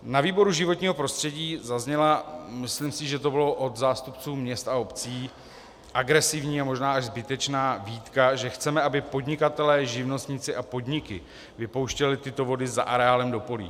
Na výboru životního prostředí zazněla, myslím si, že to bylo od zástupců měst a obcí, agresivní a možná až zbytečná výtka, že chceme, aby podnikatelé, živnostníci a podniky vypouštěli tyto vody za areálem do polí.